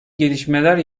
gelişmeler